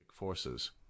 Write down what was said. forces